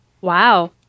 Wow